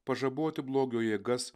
pažaboti blogio jėgas